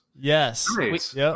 Yes